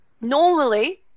normally